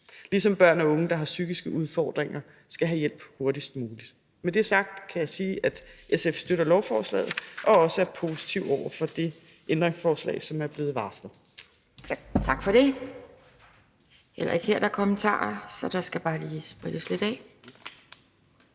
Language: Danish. ligesom børn og unge, der har psykiske udfordringer, skal have hjælp hurtigst muligt. Med det sagt kan jeg sige, at SF støtter lovforslaget og også er positiv over for det ændringsforslag, som er blevet varslet.